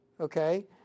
okay